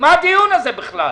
מה הדיון הזה בכלל?